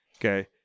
okay